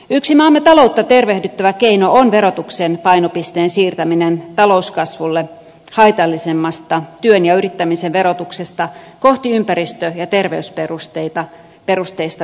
yksi maamme taloutta tervehdyttävä keino on verotuksen painopisteen siirtäminen talouskasvulle haitallisemmasta työn ja yrittämisen verotuksesta kohti ympäristö ja terveysperusteista verotusta